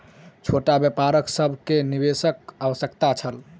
छोट व्यापार सभ के निवेशक आवश्यकता छल